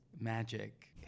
magic